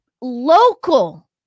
local